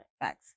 Thanks